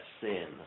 sin